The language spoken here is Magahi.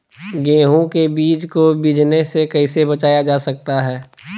गेंहू के बीज को बिझने से कैसे बचाया जा सकता है?